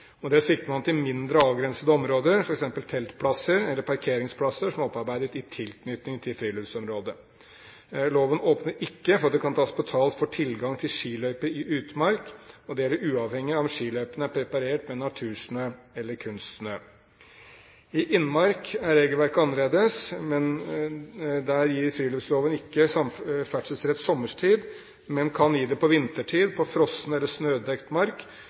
det sikter man til mindre, avgrensede områder, f.eks. teltplasser eller parkeringsplasser, som er opparbeidet i tilknytning til friluftsområdet. Loven åpner ikke for at det kan tas betalt for tilgang til skiløype i utmark, og det er uavhengig av om skiløypene er preparert med natursnø eller kunstsnø. I innmark er regelverket annerledes. Der gir friluftsloven ikke ferdselsrett sommerstid, men kan gi det på vinterstid på frossen eller